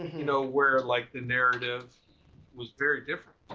you know, where like the narrative was very different.